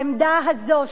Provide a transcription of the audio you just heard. לעמדה הזאת,